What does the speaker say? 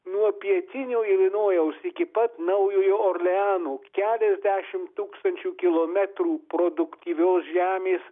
nuo pietinio ilinojaus iki pat naujojo orleano keliasdešimt tūkstančių kilometrų produktyvios žemės